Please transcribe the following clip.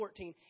14